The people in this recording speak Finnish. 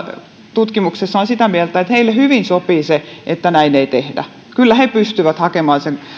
tutkimuksessa on sitä mieltä että heille hyvin sopii se että näin ei tehdä kyllä he pystyvät hakemaan sen